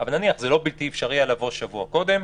אבל זה לא בלתי אפשרי לבוא שבוע קודם.